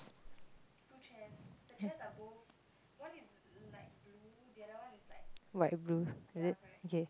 white blue is it okay